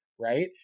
Right